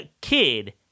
kid